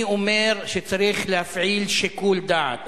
אני אומר שצריך להפעיל שיקול דעת.